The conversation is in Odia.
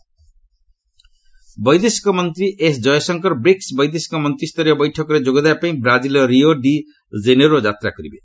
ଇଏଏମ୍ ବ୍ରାଜିଲ୍ ବୈଦେଶିକ ମନ୍ତ୍ରୀ ଏସ୍ ଜୟଶଙ୍କର ବ୍ରିକ୍ୱ ବୈଦେଶିକ ମନ୍ତ୍ରୀୟ ବୈଠକରେ ଯୋଗ ଦେବାପାଇଁ ବ୍ରାଜିଲ୍ର ରିଓ ଡି ଜେନେରୋ ଯାତ୍ରା କରିବେ